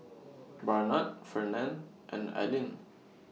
Barnard Fernand and Alline